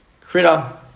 Critter